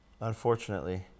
unfortunately